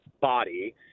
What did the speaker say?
body